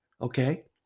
Okay